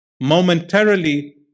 momentarily